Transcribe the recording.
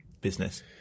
business